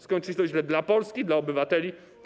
Skończy się to źle dla Polski, dla obywateli.